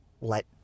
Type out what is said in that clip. let